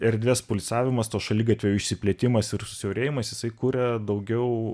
erdvės pulsavimas to šaligatvio išsiplėtimas ir susiaurėjimas jisai kuria daugiau